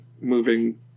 moving